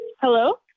Hello